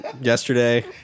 yesterday